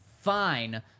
fine